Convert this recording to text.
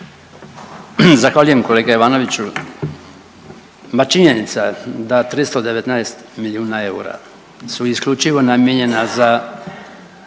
Zahvaljujem kolega Ivanoviću. Ma činjenica da 319 milijuna eura su isključivo namijenjena za